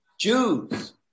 Jews